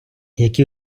які